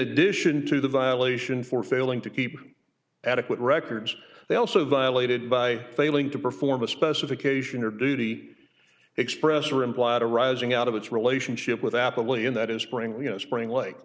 addition to the violation for failing to keep adequate records they also violated by failing to perform a specification or duty express or implied arising out of its relationship with apple even that is spring you know springlike